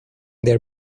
their